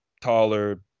taller